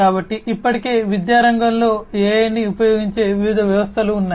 కాబట్టి ఇప్పటికే విద్యా రంగంలో AI ని ఉపయోగించే వివిధ వ్యవస్థలు ఉన్నాయి